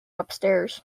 upstairs